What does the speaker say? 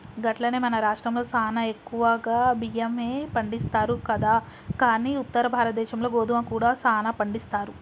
గట్లనే మన రాష్ట్రంలో సానా ఎక్కువగా బియ్యమే పండిస్తారు కదా కానీ ఉత్తర భారతదేశంలో గోధుమ కూడా సానా పండిస్తారు